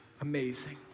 amazing